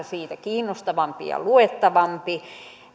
siitä kiinnostavampi ja luettavampi